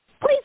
Please